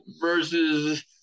versus